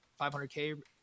500k